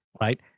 right